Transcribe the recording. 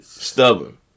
Stubborn